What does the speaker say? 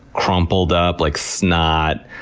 crumpled up, like snot,